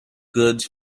goods